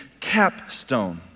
capstone